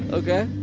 ok?